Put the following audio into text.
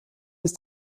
ist